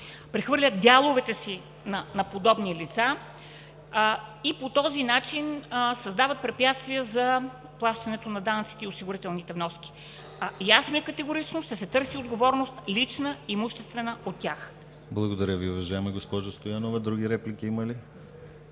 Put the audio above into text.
прехвърлят дяловете си на подобни лица и по този начин създават препятствия за плащането на данъците и осигурителните вноски. Ясно и категорично ще се търси отговорност – лична имуществена от тях. ПРЕДСЕДАТЕЛ ДИМИТЪР ГЛАВЧЕВ: Благодаря Ви, уважаема госпожо Стоянова. Други реплики има ли?